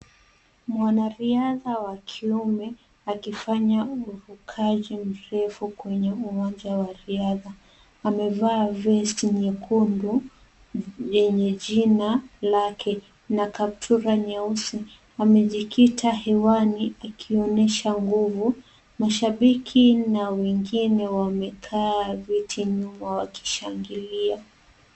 Mwanariadha wa kiume akifanya ufukaji mrefu kwenye uwanja wa riadha, amevaa vesti nyekundu lenye jina lake na kaptura nyeusi. Amejikita hewani akionyesha nguvu, mashabiki na wengine wamekaa viti nyuma wakishangilia.